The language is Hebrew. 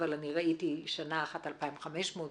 אבל אני ראיתי שנה אחת 2,500,